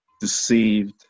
deceived